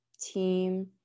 team